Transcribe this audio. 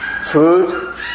Food